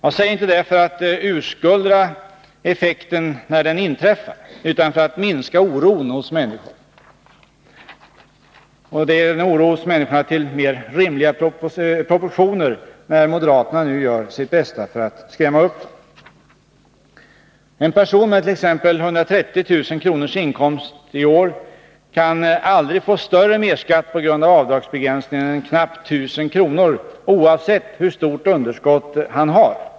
Jag säger inte det för att urskulda effekten när den inträffar, utan för att minska oron hos människorna till mer rimliga proportioner, när moderaterna nu gör sitt bästa för att skrämma upp dem. En person med t.ex. 130 000 kr. i inkomst i år kan aldrig få större merskatt på grund av avdragsbegränsningen än knappt 1000 kr., oavsett hur stort underskott han har.